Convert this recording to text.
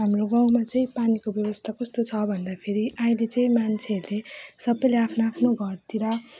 हाम्रो गाउँमा चाहिँ पानीको व्यवस्था कस्तो छ भन्दाखेरि अहिले चाहिँ मान्छेहरूले सबैले आफ्नो आफ्नो घरतिर